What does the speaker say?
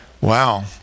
Wow